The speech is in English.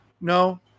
no